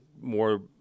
more